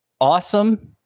awesome